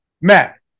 Matt